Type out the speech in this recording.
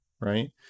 right